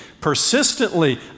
persistently